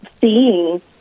seeing